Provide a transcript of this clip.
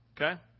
Okay